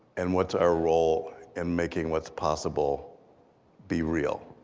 and what's our role in making what's possible be real.